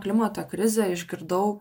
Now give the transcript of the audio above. klimato krizė išgirdau